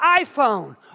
iPhone